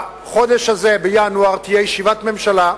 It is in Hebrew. בחודש הזה, בינואר, תהיה ישיבת ממשלה,